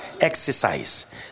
exercise